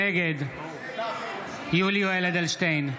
נגד יולי יואל אדלשטיין,